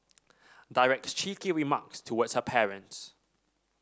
directs cheeky remarks towards her parents